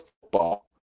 football